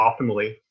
optimally